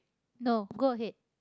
no go ahead